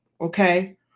okay